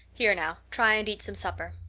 here now, try and eat some supper.